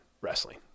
wrestling